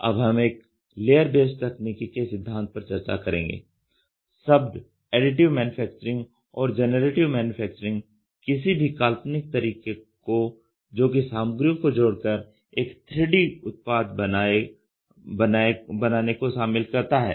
अब हम layer based तकनीकी के सिद्धांत पर चर्चा करेंगे शब्द एडिटिव मैन्युफैक्चरिंग और जेनरेटिव मैन्युफैक्चरिंग किसी भी काल्पनिक तरीके को जोकि सामग्रियों को जोड़कर एक 3D उत्पाद बनाये को शामिल करता है